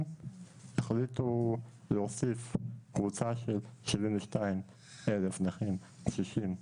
החליטו להוסיף קבוצה של 72,000 נכים קשישים.